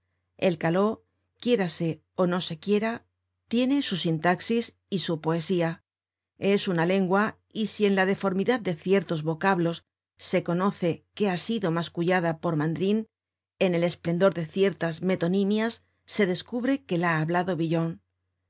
el caló quiérase ó no se quiera tiene su sintaxis y su poesía es una lengua y si en la deformidad de ciertos vocablos se conoce que ha sido mascullada por mandrin en el esplendor de ciertas metonimias se descubre que la ha hablado villon